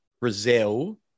Brazil